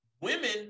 women